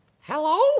hello